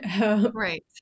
right